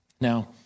Now